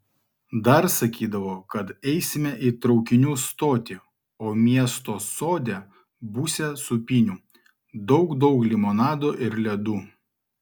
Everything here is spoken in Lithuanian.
dar sakydavo kad eisime į traukinių stotį o miesto sode būsią sūpynių daug daug limonado ir ledų